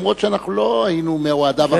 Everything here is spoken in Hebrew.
אפילו שאנחנו לא היינו מאוהדיו הראשונים.